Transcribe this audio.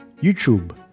YouTube